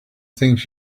things